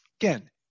again